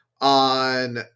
on